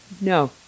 no